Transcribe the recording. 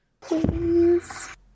Please